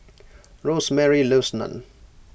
Rosemary loves Naan